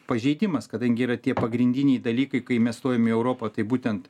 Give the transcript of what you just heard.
pažeidimas kadangi yra tie pagrindiniai dalykai kai mes stojom į europą tai būtent